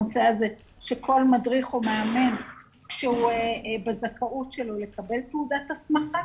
שכל מדריך או מאמן בזכאות שלו יקבל תעודת הסמכה.